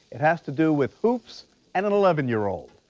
it has to do with hoops and an eleven year old.